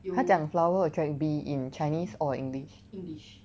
他讲 attract bee in chinese or english